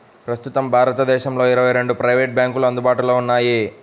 ప్రస్తుతం భారతదేశంలో ఇరవై రెండు ప్రైవేట్ బ్యాంకులు అందుబాటులో ఉన్నాయి